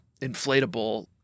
inflatable